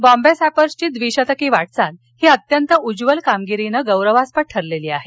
बॉम्बे सॅपर्सची द्विशतकी वाटचाल ही अत्यंत उज्ज्वल कामगिरीनं गौरवास्पद ठरलेली आहे